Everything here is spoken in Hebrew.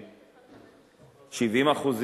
70%,